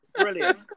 brilliant